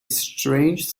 strange